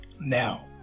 now